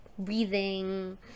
breathing